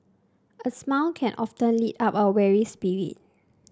a smile can often lift up a weary spirit